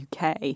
UK